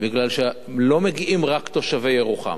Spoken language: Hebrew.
מפני שלא מגיעים רק תושבי ירוחם,